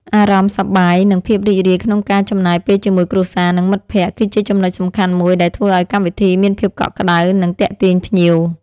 អារម្មណ៍សប្បាយ និងភាពរីករាយក្នុងការចំណាយពេលជាមួយគ្រួសារ និងមិត្តភក្តិ គឺជាចំណុចសំខាន់មួយដែលធ្វើឲ្យកម្មវិធីមានភាពកក់ក្ដៅ និងទាក់ទាញភ្ញៀវ។